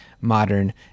modern